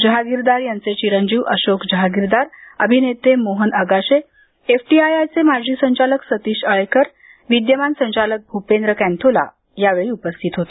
जहागीरदार यांचे चिंरजीव अशोक जहागीरदार अभिनेते मोहन आगाशे एफटीआयआयचे माजी संचालक सतीश आळेकर संचालक भ्रपेंद्र कँथोला या वेळी उपस्थित होते